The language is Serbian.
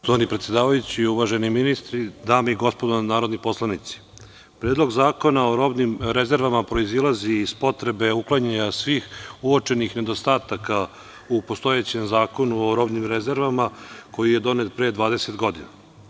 Poštovani predsedavajući, uvaženi ministre, dame i gospodo narodni poslanici, Predlog zakona o robnim rezervama proizilazi iz potrebe uklanjanja svih uočenih nedostataka u postojećem Zakonu o robnim rezervama, koji je donet pre dvadeset godina.